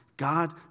God